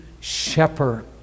shepherd